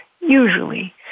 usually